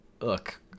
Look